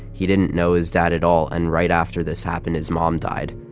he didn't know his dad at all. and right after this happened, his mom died